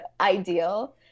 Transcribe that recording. ideal